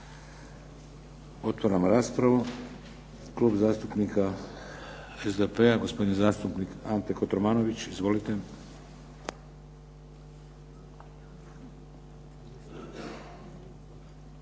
Otvaram raspravu. Klub zastupnika SDP-a, gospodin zastupnik Ante Kotromanović. Izvolite.